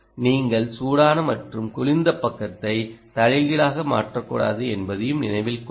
நீங்கள் சூடான மற்றும் குளிர்ந்த பக்கத்தை தலைகீழாக மாற்றக்கூடாது என்பதையும் நினைவில் கொள்க